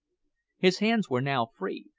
his hands were now free,